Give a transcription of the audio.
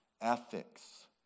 ethics